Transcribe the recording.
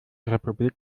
republik